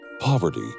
Poverty